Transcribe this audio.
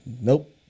nope